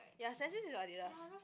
ya Stan Smith is Adidas